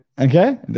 Okay